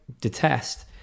detest